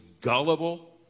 gullible